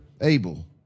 Abel